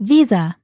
Visa